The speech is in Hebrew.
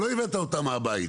שלא הבאת אותם מהבית,